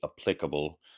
applicable